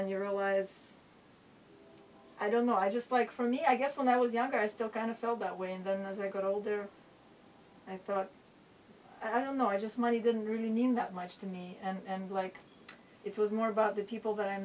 and you're all was i don't know i just like for me i guess when i was younger i still kind of felt that way and then as i got older i thought i don't know i just money didn't really mean that much to me and like it was more about the people that i